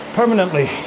permanently